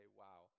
wow